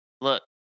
Look